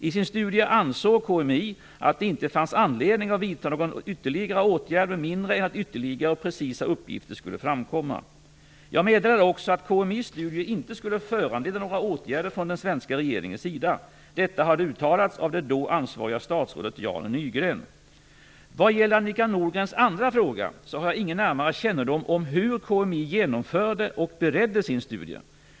I sin studie ansåg KMI att det inte fanns anledning att vidta någon ytterligare åtgärd, med mindre än att ytterligare och precisa uppgifter skulle framkomma. Jag meddelade också att KMI:s studie inte skulle föranleda några åtgärder från den svenska regeringens sida. Detta hade uttalats av det då ansvariga statsrådet Vad gäller Annika Nordgrens andra fråga har jag ingen närmare kännedom om hur KMI genomförde och beredde sin studie.